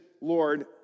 Lord